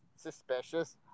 suspicious